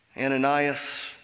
Ananias